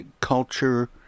culture